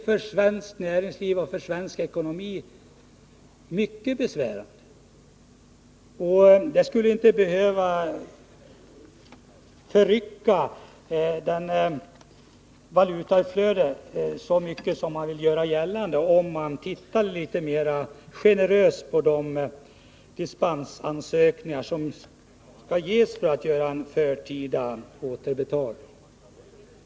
För svenskt näringsliv och för svensk ekonomi är det mycket besvärande om sådana företag inte får fortleva. Det skulle inte förrycka valutautflödet så mycket som görs gällande här om man såg mera generöst på de dispensansökningar som finns om förtida återbetalning.